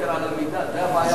יתר על המידה, זאת הבעיה.